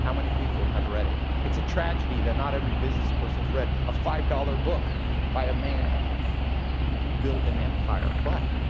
how many people have read it? it's a tragedy that not every businessperson's read a five dollars book by a man who built an empire. but